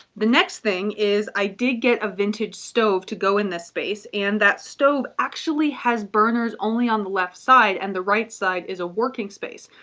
the next thing is i did get a vintage stove to go in this space and that stove actually has burners only on the left side and the right side is a working space.